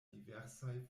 diversaj